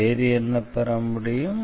வேறு என்ன பெற முடியும்